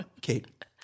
Kate